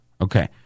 Okay